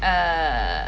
err